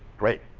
great.